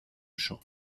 champ